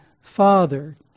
father